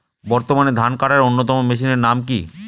বর্তমানে ধান কাটার অন্যতম মেশিনের নাম কি?